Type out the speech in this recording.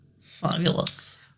Fabulous